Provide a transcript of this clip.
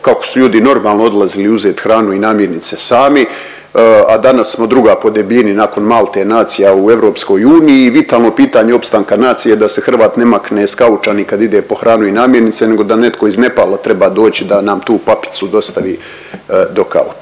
kako su ljudi normalno odlazili uzet hranu i namirnice sami, a danas smo druga po debljini nakon Malte nacija u EU i vitalno pitanje opstanka nacije da se Hrvat ne makne s kauča ni kad ide po hranu i namirnice nego da netko iz Nepala treba dođi da nam tu papicu dostavi do kauča.